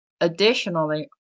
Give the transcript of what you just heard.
Additionally